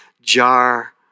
jar